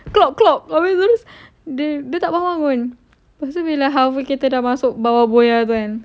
clog clog habis terus dia dia tak bangun lepas tu bila half kita dah masuk bawa boya tu kan